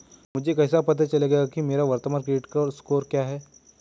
मुझे कैसे पता चलेगा कि मेरा वर्तमान क्रेडिट स्कोर क्या है?